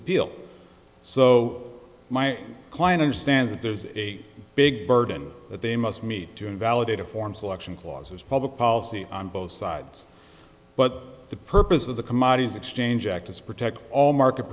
appeal so my client understands that there's a big burden that they must meet to invalidate a form selection clause as public policy on both sides but the purpose of the commodities exchange act is protect all market